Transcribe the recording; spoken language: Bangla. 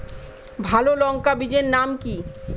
ভালো লঙ্কা বীজের নাম কি?